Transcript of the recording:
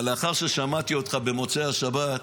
אבל לאחר ששמעתי אותך במוצאי השבת,